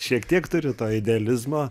šiek tiek turiu to idealizmo